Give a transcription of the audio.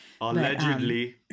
Allegedly